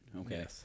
Okay